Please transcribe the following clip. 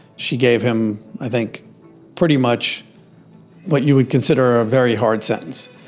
she gave him i think pretty much what you would consider a very hard sentence.